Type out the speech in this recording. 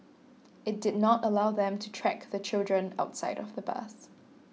it did not allow them to track the children outside of the bus